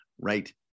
right